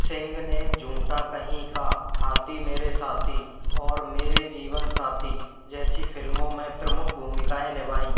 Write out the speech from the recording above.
सिंह ने झूठा कहीं का हाथी मेरे साथी और मेरे जीवन साथी जैसी फ़िल्मों में प्रमुख भूमिकाएँ निभाई